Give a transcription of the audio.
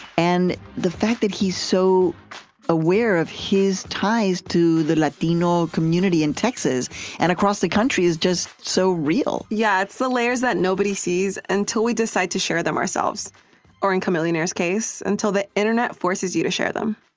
and the fact that he's so aware of his ties to the latino community in texas and across the country is just so real yeah, it's the layers that nobody sees until we decide to share them ourselves or, in chamillionaire's case, until the internet forces you to share them.